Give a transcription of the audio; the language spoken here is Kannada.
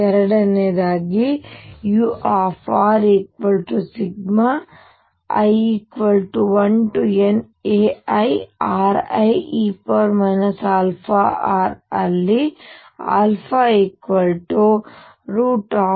ಎರಡು uri1nairie αr ಅಲ್ಲಿ 2mE2